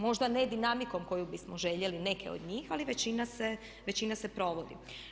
Možda ne dinamikom koju bismo željeli neke od njih, ali većina se provodi.